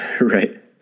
Right